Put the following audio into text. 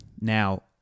Now